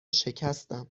شکستم